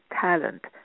talent